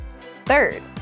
Third